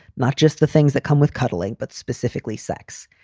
not just the things that come with cuddling, but specifically sex.